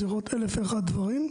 זה יכול להיות אלף ואחד דברים,